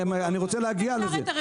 אני רוצה להגיע לזה.